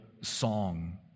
song